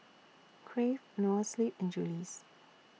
Crave Noa Sleep and Julie's